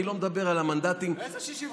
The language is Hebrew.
אני לא מדבר על המנדטים, איזה 65?